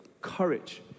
Courage